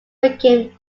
became